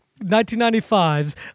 1995's